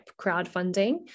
crowdfunding